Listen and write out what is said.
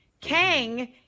Kang